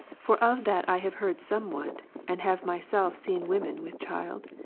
for of that i have heard somewhat, and have myself seen women with child?